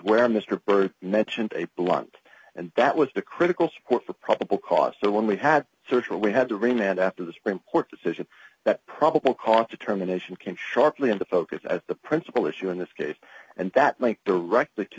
where mr burr mentioned a blunt and that was the critical support for probable cause so when we had we had the rain and after the supreme court decision that probable cause determination can sharply into focus as the principal issue in this case and that link directly to